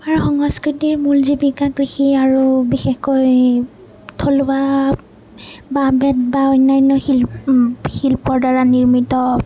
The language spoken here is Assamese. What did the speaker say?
আমাৰ সংস্কৃতিৰ মূল জীৱিকা কৃষি আৰু বিশেষকৈ থলুৱা বাঁহ বেত বা অন্যান্য শিল শিল্পৰ দ্বাৰা নিৰ্মিত